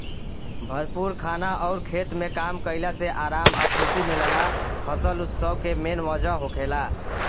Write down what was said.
भरपूर खाना अउर खेत में काम कईला से आराम आ खुशी मिलेला फसल उत्सव के मेन वजह होखेला